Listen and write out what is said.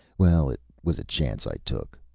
well, it was a chance i took.